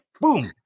boom